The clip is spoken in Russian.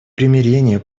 примирение